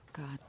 God